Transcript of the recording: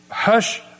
Hush